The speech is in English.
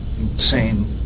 Insane